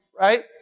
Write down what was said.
right